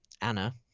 Anna